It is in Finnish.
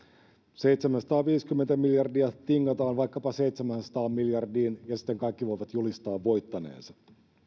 seitsemänsataaviisikymmentä miljardia tingataan vaikkapa seitsemäänsataan miljardiin ja sitten kaikki voivat julistaa voittaneensa